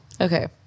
Okay